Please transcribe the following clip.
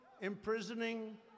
imprisoning